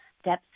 steps